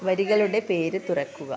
വരികളുടെ പേര് തുറക്കുക